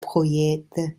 projekte